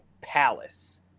palace